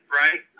right